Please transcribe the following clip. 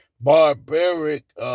barbaric